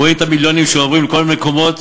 רואים את המיליונים שעוברים לכל מיני מקומות,